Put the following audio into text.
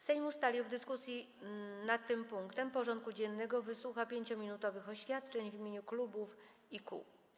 Sejm ustalił, że w dyskusji nad tym punktem porządku dziennego wysłucha 5-minutowych oświadczeń w imieniu klubów i kół.